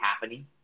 happening